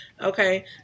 okay